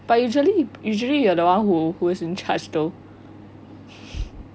but usually usually you are the one who who is in charge through